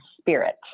spirit